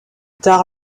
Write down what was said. tard